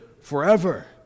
forever